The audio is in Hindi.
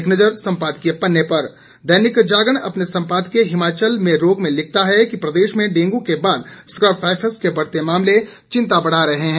एक नज़र सम्पादकीय पन्ने पर दैनिक जागरण अपने संपादकीय हिमाचल में रोग में लिखता है प्रदेश में डेंगू के बाद स्कब टाइफस के बढ़ते मामले चिंता बढ़ा रहे है